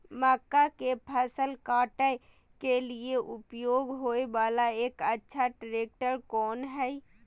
मक्का के फसल काटय के लिए उपयोग होय वाला एक अच्छा ट्रैक्टर कोन हय?